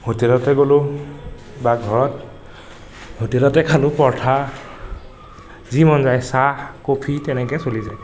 হোটেলতে গ'লো বা ঘৰত হোটেলতে খালোঁ পৰঠা যি মন যায় চাহ কফি তেনেকে চলি যায়